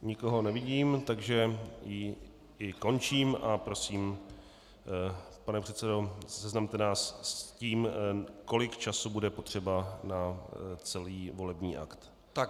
Nikoho nevidím, takže ji i končím a prosím, pane předsedo, seznamte nás s tím, kolik času bude potřeba na celý volební akt.